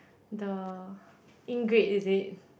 the ink grade is it